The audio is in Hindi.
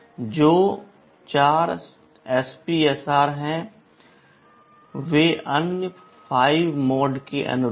जो 4 SPSR हैं वे अन्य 5 मोड के अनुरूप हैं